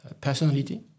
personality